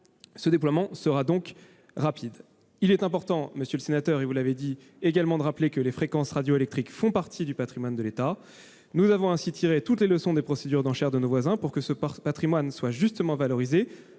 Ce déploiement sera donc rapide. Monsieur le sénateur, vous l'avez dit : il est important de rappeler que les fréquences radioélectriques font partie du patrimoine de l'État. Nous avons ainsi tiré toutes les leçons des procédures d'enchères de nos voisins, pour que ce patrimoine soit valorisé,